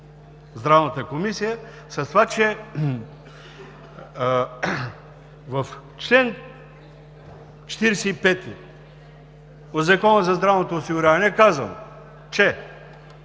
Здравната комисия, с това, че в чл. 45 от Закона за здравното осигуряване е казано, че